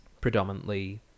predominantly